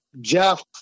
jeff